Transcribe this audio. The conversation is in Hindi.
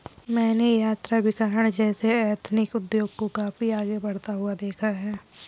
मैंने यात्राभिकरण जैसे एथनिक उद्योग को काफी आगे बढ़ता हुआ देखा है